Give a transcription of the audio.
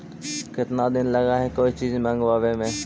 केतना दिन लगहइ कोई चीज मँगवावे में?